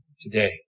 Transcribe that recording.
today